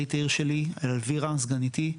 אדריכלית העיר שלי אלווירה סגניתי.